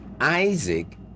Isaac